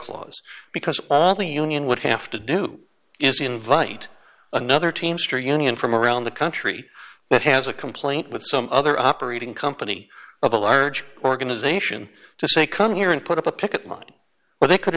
clause because oddly union would have to do is invite another teamster union from around the country that has a complaint with some other operating company of a large organization to say come here and put up a picket line where they could